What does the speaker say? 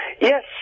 Yes